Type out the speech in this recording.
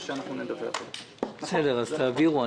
תעבירו.